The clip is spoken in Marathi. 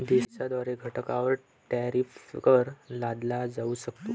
देशाद्वारे घटकांवर टॅरिफ कर लादला जाऊ शकतो